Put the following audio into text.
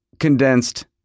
condensed